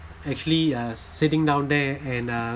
actually uh sitting down there and uh